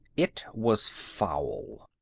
it was foul.